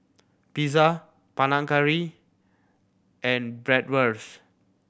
Pizza Panang Curry and Bratwurst